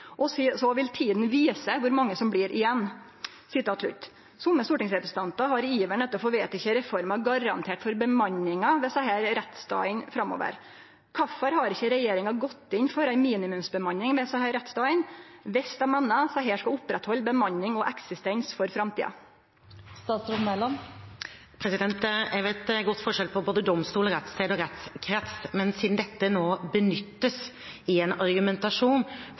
så vil tiden vise hvor mange som blir igjen.» Somme stortingsrepresentantar har i iveren etter å få vedteke reforma garantert for bemanninga ved desse rettsstadene framover. Kvifor har ikkje regjeringa gått inn for ei minimumsbemanning ved desse rettsstadene dersom dei meiner at desse skal oppretthalde bemanning og eksistens for framtida? Jeg vet godt forskjellen på både domstoler, rettssted og rettskrets. Men siden dette nå benyttes i en argumentasjon